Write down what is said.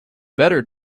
better